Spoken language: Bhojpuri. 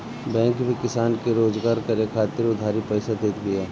बैंक भी किसान के रोजगार करे खातिर उधारी पईसा देत बिया